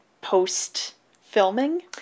post-filming